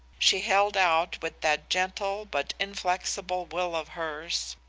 she held out with that gentle but inflexible will of hers.